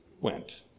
went